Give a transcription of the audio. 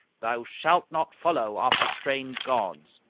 thou shalt not follow after strange gods.